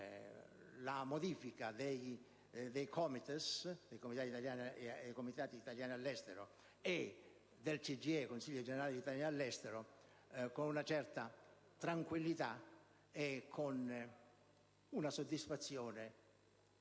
la modifica dei COMITES (Comitati degli italiani all'estero) e del CGIE (Consiglio generale degli italiani all'estero) con una certa tranquillità e con una soddisfazione